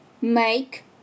make